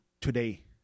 today